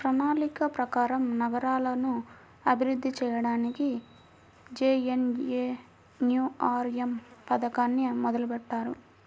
ప్రణాళిక ప్రకారం నగరాలను అభివృద్ధి చెయ్యడానికి జేఎన్ఎన్యూఆర్ఎమ్ పథకాన్ని మొదలుబెట్టారు